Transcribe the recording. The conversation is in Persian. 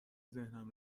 ذهنم